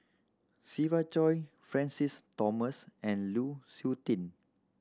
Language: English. Siva Choy Francis Thomas and Lu Suitin